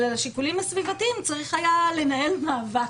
אבל על השיקולים הסביבתיים צריך היה לנהל מאבק,